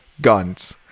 guns